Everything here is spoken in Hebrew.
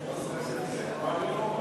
הכנסת זחאלקה.